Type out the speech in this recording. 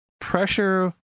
Pressure